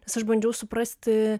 nes aš bandžiau suprasti